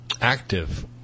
active